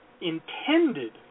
intended